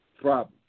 problems